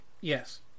yes